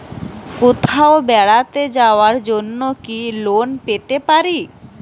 কোথাও বেড়াতে যাওয়ার জন্য কি লোন পেতে পারি?